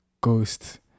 ghost